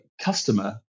customer